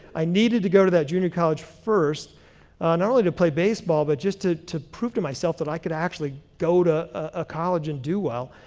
i needed to go to that junior college first not only to play baseball but just to to prove to myself that i could actually go to a college and do well.